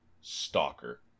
Stalker